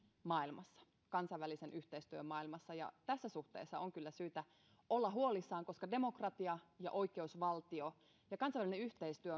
maailmassa kansainvälisen yhteistyön maailmassa tässä suhteessa on kyllä syytä olla huolissaan koska demokratia ja oikeusvaltio ja kansainvälinen yhteistyö